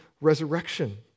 resurrection